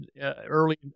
early